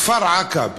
כפר-עקב,